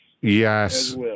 Yes